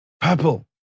purple